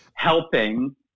helping